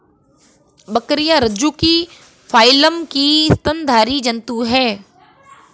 बकरियाँ रज्जुकी फाइलम की स्तनधारी जन्तु है